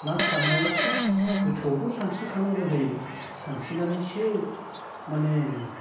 ना सारनायाव गोथौआवथ' सानस्रिखानांगौ जायो सानस्रिनानैसो माने